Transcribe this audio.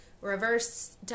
reverse